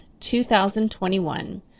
2021